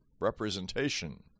representation